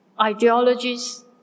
ideologies